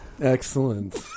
Excellent